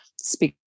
speak